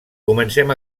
comencem